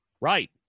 Right